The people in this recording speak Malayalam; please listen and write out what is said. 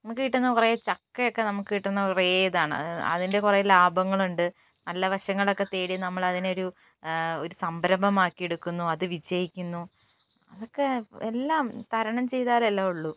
നമുക്ക് കിട്ടുന്ന കുറേ ചക്കയൊക്കെ നമുക്ക് കിട്ടുന്ന കുറേ ഇതാണ് അതിൻ്റെ കുറേ ലാഭങ്ങളുണ്ട് നല്ല വശങ്ങളൊക്കെ തേടി നമ്മളതിനെയൊരു ഒരു സംരംഭമാക്കിയെടുക്കുന്നു അതു വിജയിക്കുന്നു അതൊക്കെ എല്ലാം തരണം ചെയ്താലെ എല്ലാം ഉള്ളൂ